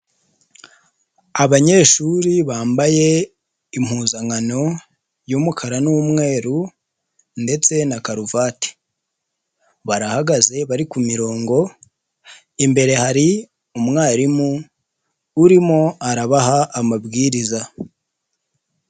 Abanyeshuri bambaye impuzankano y'umukara n'umweru ndetse na karuvati. Barahagaze bari kurongo, imbere hari umwarimu urimo arabaha amabwiriza.